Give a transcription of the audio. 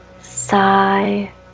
sigh